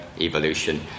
evolution